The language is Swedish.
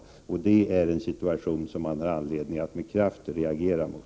Det är en situation som det finns anledning att med kraft reagera mot.